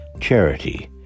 charity